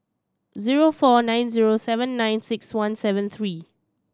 zero four nine zero seven nine six one seven three